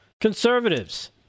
conservatives